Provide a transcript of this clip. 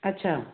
ਅੱਛਾ